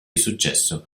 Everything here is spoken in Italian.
successo